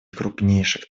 крупнейших